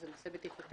זה נושא בטיחותי.